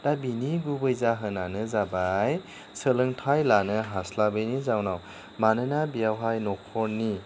दा बिनि गुबै जाहोनआनो जाबाय सोलोंथाइ लानो हास्लाबैनि जाउनाव मानोना बेयावहाय न'खरनि